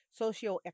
socioeconomic